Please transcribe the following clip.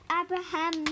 Abraham